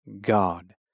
God